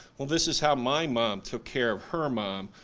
well this is how my mom took care of her mom,